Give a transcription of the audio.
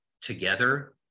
together